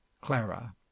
Clara